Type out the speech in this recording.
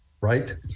right